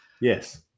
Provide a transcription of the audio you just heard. Yes